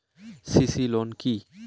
CC loan কি?